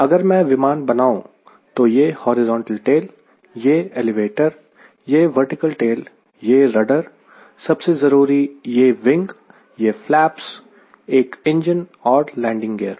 अगर मैं विमान बनाऊं तो यह हॉरिजॉन्टल टेल यह एलिवेटर यह वर्टिकल टेल यह रडर सबसे जरूरी यह विंग यह फ्लेप्स एक इंजन और लैंडिंग गियर